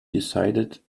decided